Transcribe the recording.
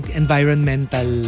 environmental